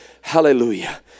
Hallelujah